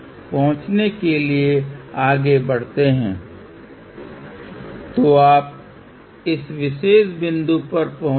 तो यहाँ f 2 GHz न डालें यह सही नहीं है ω 2πf इसलिए 2π×2 GHz 109 होगा आप उस मूल्य को प्रतिस्थापित करते हैं और फिर यहाँ से L के मान की गणना करते हैं यहाँ से C और यह 08 nH और C 32 pF हो जाता है